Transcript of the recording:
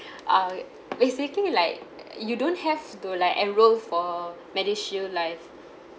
uh basically like you don't have to like enrol for MediShield life